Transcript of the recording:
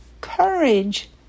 courage